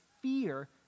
fear